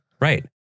Right